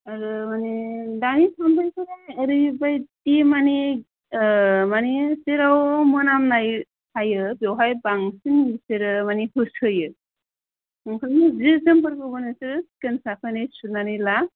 आरो मानि दानि सुबुंफोर ओरैबायदि मानि ओ मानि औ जेराव मोनामनाय थायो बेवहाय बांसिन बिसोरो होसोयो ओंखायनो जि जोमफोरखौबो नोंसोरो साखोन सिखोनै सुनानै ला